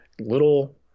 little